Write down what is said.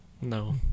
No